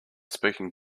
speaking